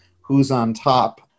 who's-on-top